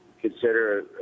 consider